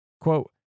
Quote